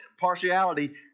partiality